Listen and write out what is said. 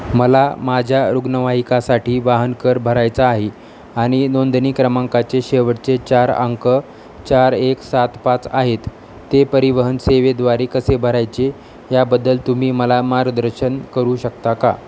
मला माझ्या रुग्णवाहिकेसाठी वाहन कर भरायचा आहे आणि नोंदणी क्रमांकाचे शेवटचे चार अंक चार एक सात पाच आहेत ते परिवहन सेवेद्वारे कसे भरायचे याबद्दल तुम्ही मला मार्गदर्शन करू शकता का